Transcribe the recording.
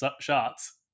shots